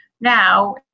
Now